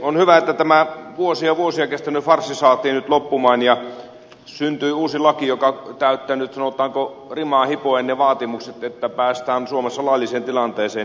on hyvä että tämä vuosia vuosia kestänyt farssi saatiin nyt loppumaan ja syntyi uusi laki joka täyttää nyt sanotaanko rimaa hipoen ne vaatimukset että suomessa päästään lailliseen tilanteeseen